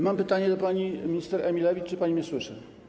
Mam pytanie do pani minister Emilewicz: Czy pani mnie słyszy?